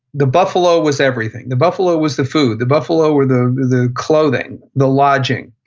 the buffalo was everything. the buffalo was the food. the buffalo were the the clothing, the lodging,